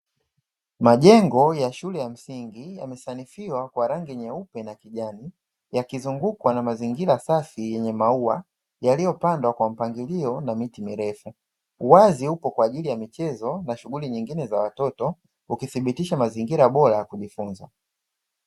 Majengo ya shule ya msingi yamesanifiwa kwa rangi nyeupe na kijani yakizungukwa na mazingira safi yenye maua yaliyopandwa kwa mpangilio na miti mirefu, uwazi upo kwaajili ya michezo na shughuli nyingine za watoto ukithibitisha mazingira bora ya kujifunza.